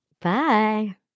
Bye